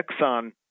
Exxon